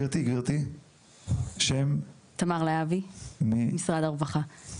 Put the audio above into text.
תמר להבי משרד הרווחה,